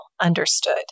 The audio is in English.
understood